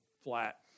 flat